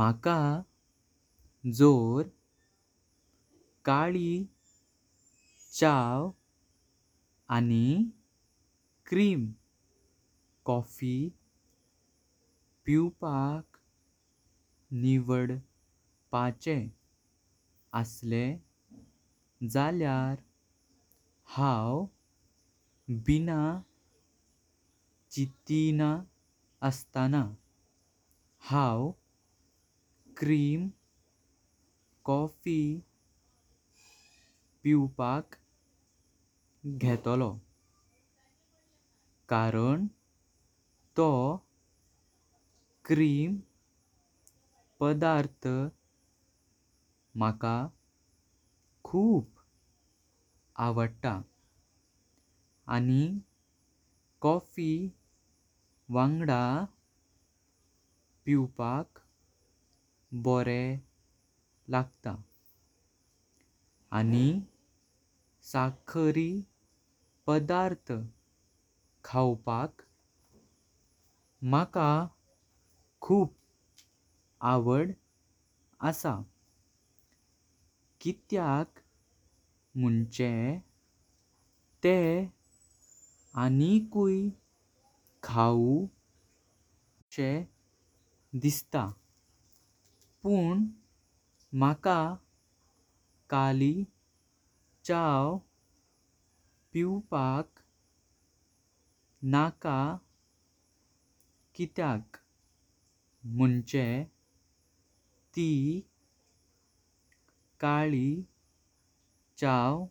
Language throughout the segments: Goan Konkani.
मका जोर काली चाव आनी क्रीम कॉफी पिवपाक निवडपाक असले जालयार हांव बिना चित्तिना अस्ताना। हांव क्रीम कॉफी पिवपाक घेतलो कारण तो क्रीम पदार्थ मका खूप आवडता। आनी कॉफी वांगडा पिवपाक बोरें लागतं। आनी साखरी पदार्थ खावपाक मका खूप आवड असा कित्यक मुझें तेह अनिक्यं खाऊ कासे दिसता। पुं मका काली चाव पिवपाक नका कित्यक मुझें ती काली चाव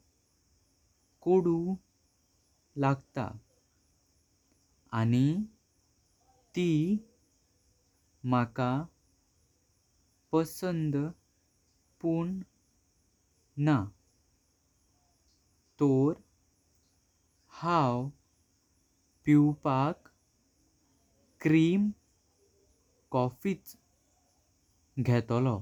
कडू लागतं। आनी ती मका पसंद पूण ना तोर हांव पिवपाक क्रीम कॉफेच घेतलो।